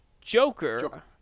Joker